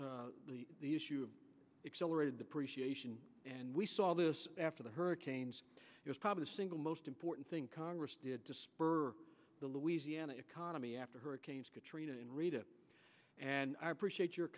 the issue of accelerated depreciation and we saw this after the hurricanes is probably the single most important thing congress did to spur the louisiana economy after hurricanes katrina and rita and i appreciate your